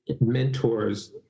mentors